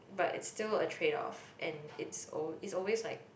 but it's still a trade off and it's al~ it's always like